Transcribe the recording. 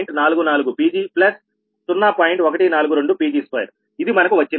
142 Pg2ఇది మనకు వచ్చినది